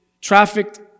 trafficked